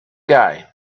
guy